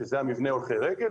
שזה מבנה הולכי רגל,